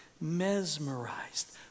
mesmerized